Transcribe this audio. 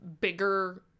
bigger